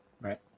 Right